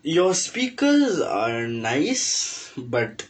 your speakers are nice but